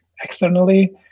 externally